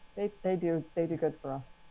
they do. they do good for us.